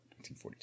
1942